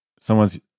someone's